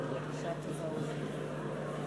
חברת הכנסת סופה לנדבר,